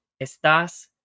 estás